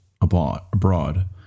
abroad